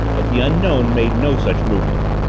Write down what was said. but the unknown made no such movement.